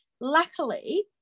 luckily